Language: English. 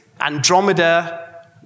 Andromeda